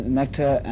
nectar